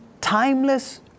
timeless